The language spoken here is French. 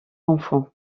enfant